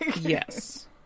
yes